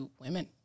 women